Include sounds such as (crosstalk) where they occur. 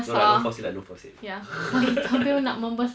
no lah don't force it lah don't force it (laughs)